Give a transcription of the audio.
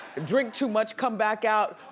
drink too much, come back out,